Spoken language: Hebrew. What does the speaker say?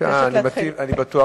אני מבקשת